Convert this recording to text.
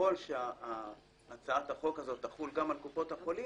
שאם הצעת החוק הזאת תחול גם על קופות החולים,